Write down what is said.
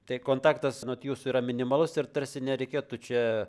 tai kontaktas anot jūsų yra minimalus ir tarsi nereikėtų čia